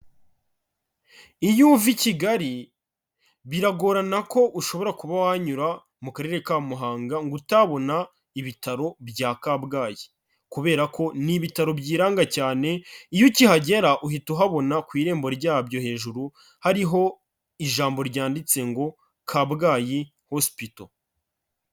Iyo uva i Kigali biragorana ko ushobora kuba wanyura mu karere ka Muhanga ngo utabona ibitaro bya Kabgayi kubera ko ni ibitaro byiranga cyane, iyo ukihagera uhita uhabona ku irembo ryabyo hejuru hariho ijambo ryanditse ngo Kabgayi hospital.